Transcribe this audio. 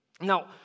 Now